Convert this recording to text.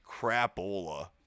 crapola